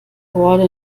horde